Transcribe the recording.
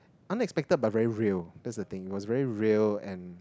unexpected but very real that's the thing was very real and